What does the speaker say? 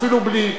אפילו בלי,